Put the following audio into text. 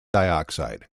dioxide